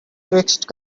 twixt